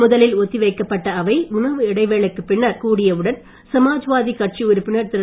முதலில் ஒத்தி வைக்கப்பட்ட அவை உணவு இடைவேளைக்குப் பின்னர் கூடிவுடன் சமாஜ்வாமி கட்சி உறுப்பினர் திரு